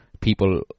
people